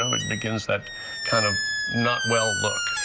um it begins that kind of not well look.